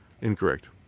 incorrect